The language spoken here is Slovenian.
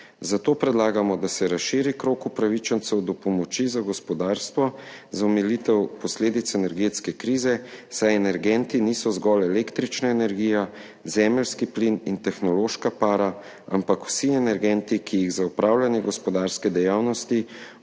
Zato predlagamo, da se razširi krog upravičencev do pomoči za gospodarstvo za omilitev posledic energetske krize, saj energenti niso zgolj električna energija, zemeljski plin in tehnološka para, ampak vsi energenti, ki jih za opravljanje gospodarske dejavnosti